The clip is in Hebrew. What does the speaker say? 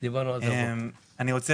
שהגירעונות